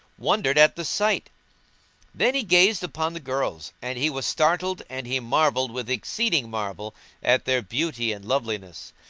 wondered at the sight then he gazed upon the girls and he was startled and he marvelled with exceeding marvel at their beauty and loveliness.